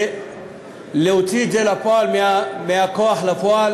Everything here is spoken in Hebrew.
להוציא את זה מהכוח לפועל.